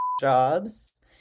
jobs